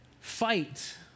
fight